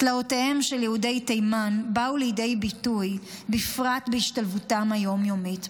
תלאותיהם של יהודי תימן באו לידי ביטוי בפרט בהשתלבותם היום-יומית.